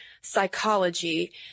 Psychology